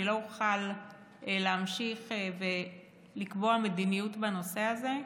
אני לא אוכל להמשיך ולקבוע מדיניות בנושא הזה.